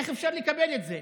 איך אפשר לקבל את זה?